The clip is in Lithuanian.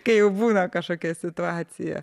kai jau būna kažkokia situacija